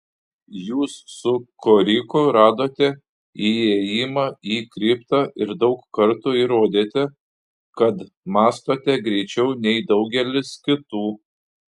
jūs su koriku radote įėjimą į kriptą ir daug kartų įrodėte kad mąstote greičiau nei daugelis kitų